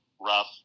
rough